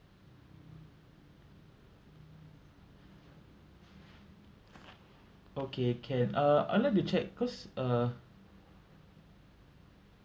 okay can uh I'd like to check cause uh